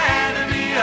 enemy